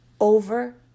over